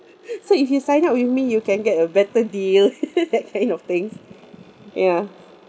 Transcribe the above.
so if you sign up with me you can get a better deal that kind of things ya